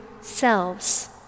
selves